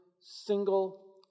single